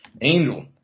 Angel